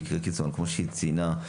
כמו שהיא ציינה,